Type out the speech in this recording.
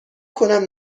کنم